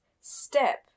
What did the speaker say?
step